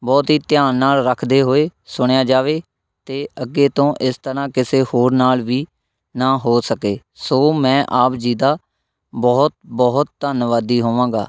ਬਹੁਤ ਹੀ ਧਿਆਨ ਨਾਲ ਰੱਖਦੇ ਹੋਏ ਸੁਣਿਆ ਜਾਵੇ ਅਤੇ ਅੱਗੇ ਤੋਂ ਇਸ ਤਰ੍ਹਾਂ ਕਿਸੇ ਹੋਰ ਨਾਲ਼ ਵੀ ਨਾ ਹੋ ਸਕੇ ਸੋ ਮੈਂ ਆਪ ਜੀ ਦਾ ਬਹੁਤ ਬਹੁਤ ਧੰਨਵਾਦੀ ਹੋਵਾਂਗਾ